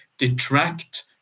detract